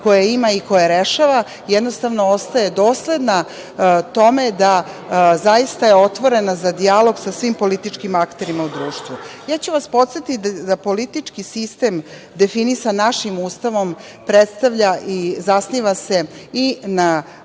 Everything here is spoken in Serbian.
koje ima i koje rešava, jednostavno ostaje dosledna tome da je zaista otvorena za dijalog sa svim političkim akterima u društvu. Ja ću vas podsetiti da politički sistem definisan našim Ustavom predstavlja i zasniva se i na